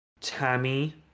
Tammy